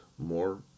more